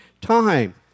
time